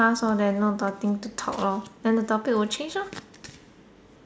time pass on there's no nothing to talk lor then the topic will change ah